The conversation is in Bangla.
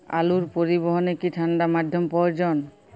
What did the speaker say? আলু পরিবহনে কি ঠাণ্ডা মাধ্যম প্রয়োজন?